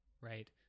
right